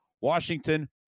Washington